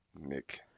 nick